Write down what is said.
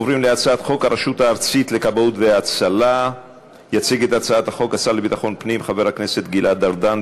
עוברים להצעת חוק הרשות הארצית לכבאות והצלה (תיקון מס' 3). יציג את הצעת החוק השר לביטחון פנים חבר הכנסת גלעד ארדן.